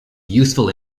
useful